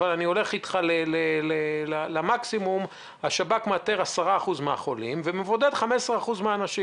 אבל במקסימום השב"כ מאתר 10% מהחולים ומבודד 15% מהאנשים.